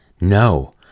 No